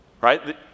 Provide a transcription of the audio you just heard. right